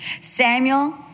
Samuel